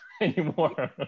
anymore